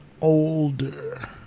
older